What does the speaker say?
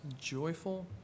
joyful